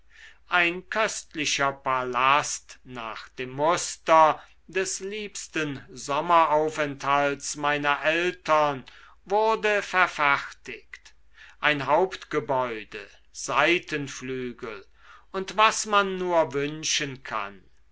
ein köstlicher palast nach dem muster des liebsten sommeraufenthalts meiner eltern wurde verfertigt ein hauptgebäude seitenflügel und was man nur wünschen kann